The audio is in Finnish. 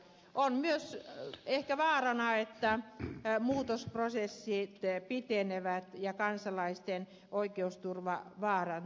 on myös ehkä vaarana että muutosprosessit pitenevät ja kansalaisten oikeusturva vaarantuu